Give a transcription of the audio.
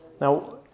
Now